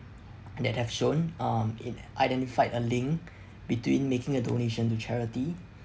that have shown um in identified a link between making a donation to charity